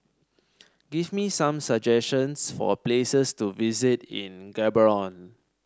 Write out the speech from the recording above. give me some suggestions for places to visit in Gaborone